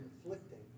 conflicting